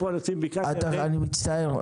אנחנו מחזיקים --- אני מצטער,